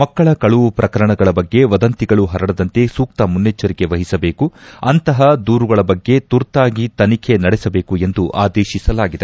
ಮಕ್ಕಳ ಕಳುವು ಪ್ರಕರಣಗಳ ಬಗ್ಗೆ ವದಂತಿಗಳು ಪರಡದಂತೆ ಸೂಕ್ತ ಮುನೈಚ್ವರಿಕೆ ವಹಿಸಬೇಕು ಅಂತಹ ದೂರುಗಳ ಬಗ್ಗೆ ತುರ್ತಾಗಿ ತನಿಖೆ ನಡೆಸಬೇಕು ಎಂದು ಆದೇಶಿಸಲಾಗಿದೆ